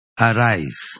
arise